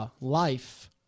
life